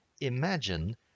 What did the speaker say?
Imagine